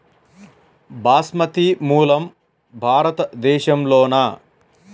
బాస్మతి మూలం భారతదేశంలోనా?